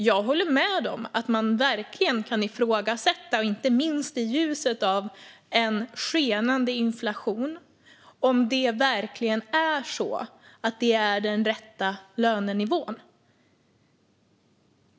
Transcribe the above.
Jag håller med om att man absolut kan ifrågasätta - inte minst i ljuset av en skenande inflation - om det verkligen är den rätta lönenivån.